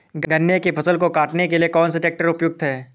गन्ने की फसल को काटने के लिए कौन सा ट्रैक्टर उपयुक्त है?